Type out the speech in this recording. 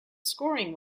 scoring